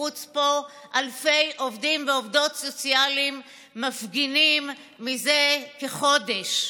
בחוץ פה אלפי עובדים ועובדות סוציאליים מפגינים מזה כחודש.